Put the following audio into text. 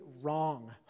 wrong